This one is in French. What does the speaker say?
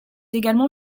également